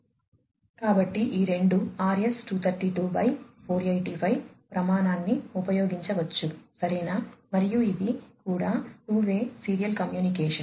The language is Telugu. కాబట్టి ఈ రెండు RS 232485 ప్రమాణాన్ని ఉపయోగించవచ్చు సరేనా మరియు ఇది కూడా టూ వే సీరియల్ కమ్యూనికేషన్